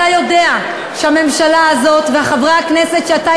אתה יודע שהממשלה הזאת וחברי הכנסת שאתה